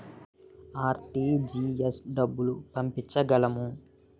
RTGS డబ్బులు పంపించగలము?